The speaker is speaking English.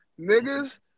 Niggas